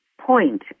point